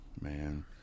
man